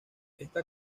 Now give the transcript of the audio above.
esta